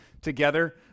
together